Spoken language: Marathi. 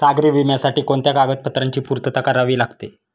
सागरी विम्यासाठी कोणत्या कागदपत्रांची पूर्तता करावी लागते?